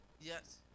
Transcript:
Yes